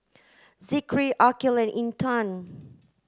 Zikri Aqil and Intan